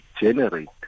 generate